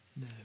no